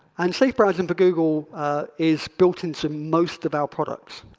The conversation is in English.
and safe browsing for google is built into most of our products.